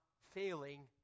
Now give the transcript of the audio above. failing